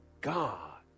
God